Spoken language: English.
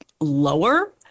lower